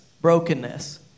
brokenness